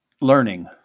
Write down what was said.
learning